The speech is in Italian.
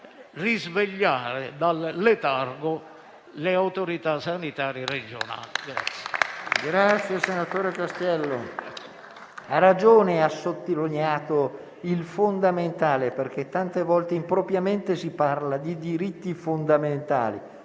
risvegliare dal letargo le autorità sanitarie regionali.